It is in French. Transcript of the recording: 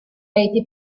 été